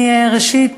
ראשית,